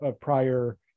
prior